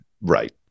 Right